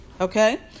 Okay